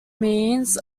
means